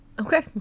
Okay